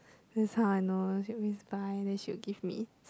that's how I know she would always buy then she would give me